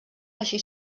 així